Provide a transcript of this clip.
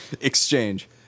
exchange